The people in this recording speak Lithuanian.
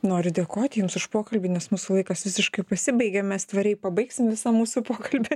noriu dėkot jums už pokalbį nes mūsų laikas visiškai pasibaigė mes tvariai pabaigsim visą mūsų pokalbį